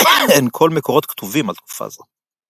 אין כל מקורות כתובים על תקופה זו.